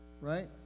Right